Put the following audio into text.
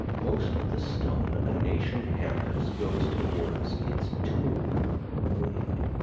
most of the stone a nation hammers goes toward its tomb only.